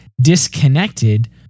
disconnected